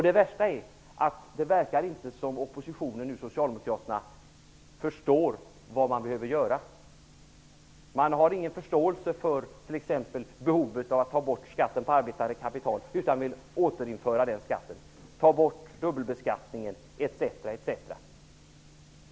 Det värsta är att oppositionen inte verkar förstå vad som behöver göras. Man har ingen förståele för t.ex. behovet av att ta bort skatten på arbetande kapital utan vill återinföra den, behovet av att få bort dubbelbeskattningen etc.